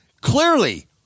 clearly